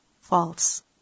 false